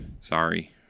sorry